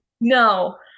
No